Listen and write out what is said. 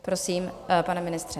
Prosím, pane ministře.